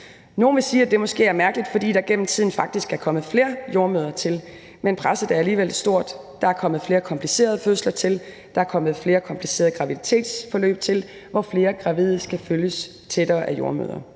Nogle vil sige, at det måske er mærkeligt, fordi der gennem tiden faktisk er kommet flere jordemødre til, men presset er alligevel stort. Der er kommet flere komplicerede fødsler til. Der er kommet flere komplicerede graviditetsforløb til, hvor flere gravide skal følges tættere af jordemødre.